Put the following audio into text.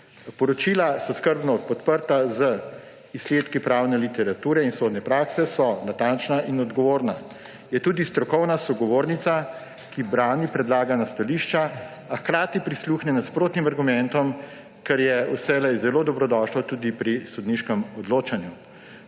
Poročila so skrbno podprta z izsledki pravne literature in sodne prakse, so natančna in odgovorna. Je tudi strokovna sogovornica, ki brani predlagana stališča, a hkrati prisluhne nasprotnim argumentom, kar je vselej zelo dobrodošlo tudi pri sodniškem odločanju.